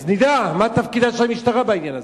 אז נדע מה תפקידה של המשטרה בעניין הזה.